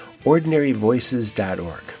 ordinaryvoices.org